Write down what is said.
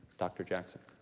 dr. jackson.